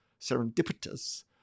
serendipitous